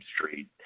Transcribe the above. street